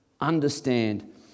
understand